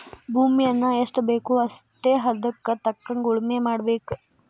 ಭೂಮಿಯನ್ನಾ ಎಷ್ಟಬೇಕೋ ಅಷ್ಟೇ ಹದಕ್ಕ ತಕ್ಕಂಗ ಉಳುಮೆ ಮಾಡಬೇಕ